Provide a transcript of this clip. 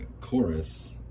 chorus